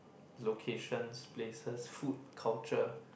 locations places food culture